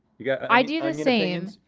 you got i do the same. and